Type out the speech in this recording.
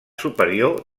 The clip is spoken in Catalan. superior